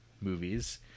movies